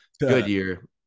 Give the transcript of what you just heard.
Goodyear